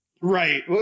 Right